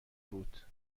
بود